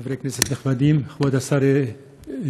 חברי הכנסת הנכבדים, כבוד השר לוין,